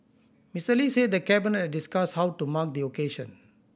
Mister Lee said the Cabinet discussed how to mark the occasion